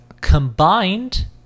Combined